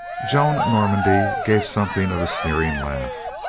joan normandy gave something of a sneering laugh.